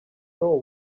know